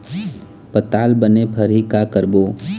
पताल बने फरही का करबो?